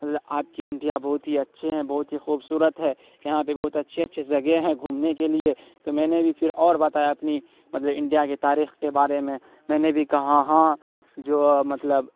آپ کی انڈیا بہت ہی اچھے ہیں بہت ہی خوبصورت ہے یہاں کے بہت اچھے اچھے زگہ ہیں گھومنے کے لیے تو میں نے بھی پھر اور بتایا اپنی مطلب انڈیا کی تاریخ کے بارے میں میں نے بھی کہا ہاں جو مطلب